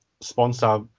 sponsor